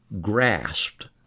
grasped